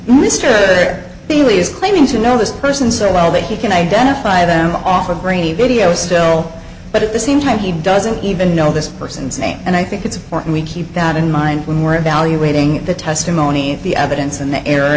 is claiming to know this person so well that he can identify them off a grainy video still but at the same time he doesn't even know this person's name and i think it's important we keep that in mind when we're evaluating the testimony the evidence and the